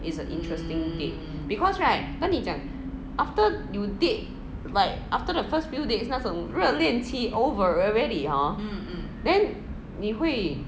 it's a interesting date because right 跟你讲 after you date like after the first few date 那种热恋期 over already hor then 你会